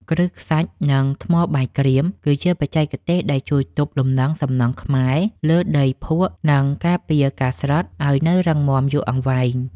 គ្រឹះខ្សាច់ និង ថ្មបាយក្រៀមគឺជាបច្ចេកទេសដែលជួយទប់លំនឹងសំណង់ខ្មែរលើដីភក់ និង ការពារការស្រុតឱ្យនៅរឹងមាំយូរអង្វែង។